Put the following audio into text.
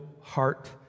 heart